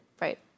Right